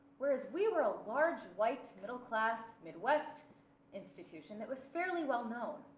whereas we were a large white middle class mid-west institution that was fairly well known.